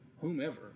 whomever